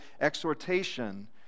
exhortation